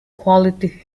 quality